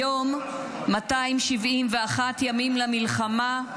היום 271 ימים למלחמה,